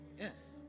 yes